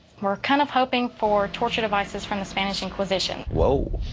we're kind of hoping for torture devices from the spanish inquisition. whoa.